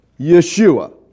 Yeshua